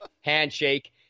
handshake